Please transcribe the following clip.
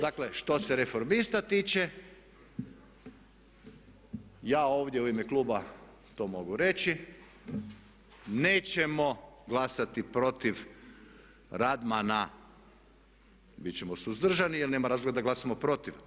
Dakle, što se reformista tiče ja ovdje u ime kluba to mogu reći nećemo glasati protiv Radmana, bit ćemo suzdržani jer nema razloga da glasamo protiv.